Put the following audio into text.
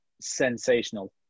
sensational